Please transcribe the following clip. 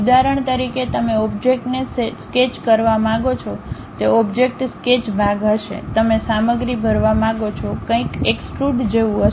ઉદાહરણ તરીકે તમે ઓબ્જેક્ટને સ્કેચ કરવા માંગો છો તે ઓબ્જેક્ટ સ્કેચ ભાગ હશે તમે સામગ્રી ભરવા માંગો છો કંઇક એક્સ્ટ્રુડ જેવું હશે